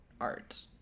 art